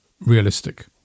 realistic